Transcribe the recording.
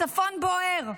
הצפון בוער,